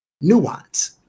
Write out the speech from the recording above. nuance